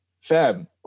Fab